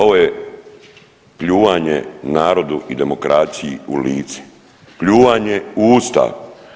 Ovo je pljuvanje narodu i demokraciji u lice, pljuvanje u usta.